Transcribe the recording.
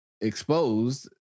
exposed